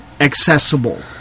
accessible